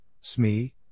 Smee